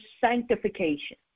sanctification